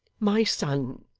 my son,